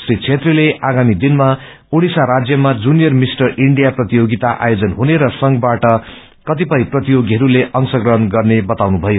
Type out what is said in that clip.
श्री छेत्रीले आगामी दिनमा उड़िसा राज्यमा जुनियर मिष्टर ईन्डिया प्रतियोगिता आयोजन हुसने र संषबाट क्रतिपय प्रतियोगीहरूले अंश ग्रहण गर्ने बताउनुभ्नयो